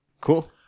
Cool